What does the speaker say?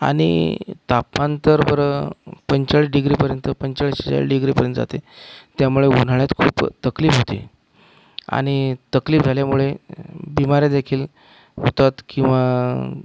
आणि तापमान तर बरं पंचेचाळीस डिग्रीपर्यंत पंचेचाळीस डिग्रीपर्यंत जाते त्यामुळे उन्हाळ्यात खूप तकलीफ होती आणि तकलीफ झाल्यामुळे बिमाऱ्यादेखील होतात किंवा